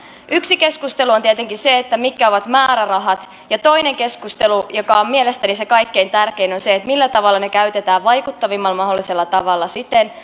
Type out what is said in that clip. yksi keskustelu on tietenkin se mitkä ovat määrärahat ja toinen keskustelu joka on mielestäni se kaikkein tärkein on se millä tavalla ne käytetään vaikuttavimmalla mahdollisella tavalla siten